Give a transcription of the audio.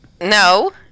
No